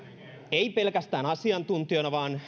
ei pelkästään asiantuntijana vaan